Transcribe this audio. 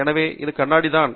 எனவே இது கண்ணாடி தான்